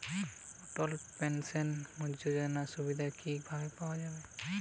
অটল pension যোজনার সুবিধা কি ভাবে পাওয়া যাবে?